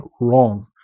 wrong